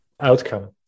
outcome